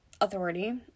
authority